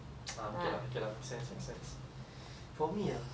for me ah I don't know sia what did I do